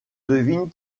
devine